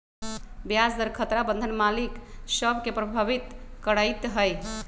ब्याज दर खतरा बन्धन मालिक सभ के प्रभावित करइत हइ